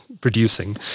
producing